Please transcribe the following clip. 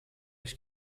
ich